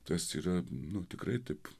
tas yra nu tikrai taip